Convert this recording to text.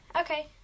Okay